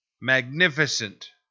magnificent